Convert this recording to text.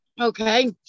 Okay